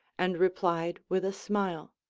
and replied with a smile